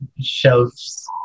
shelves